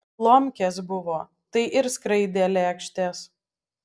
lomkės buvo tai ir skraidė lėkštės